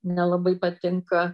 nelabai patinka